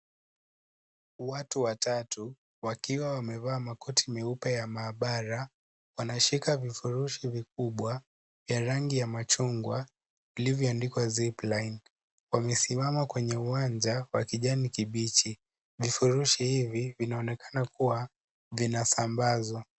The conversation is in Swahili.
Watu watatu wakiwa wamevaa makoti meupe ya mahabara wanashika vifurushi vikubwa vya rangi ya machungwa ilivyo andikwa zipline wamesimama kwenye uwanja wa kijani kibichi. Vifurushi hivi vinaonekana kuwa vinasambazwa.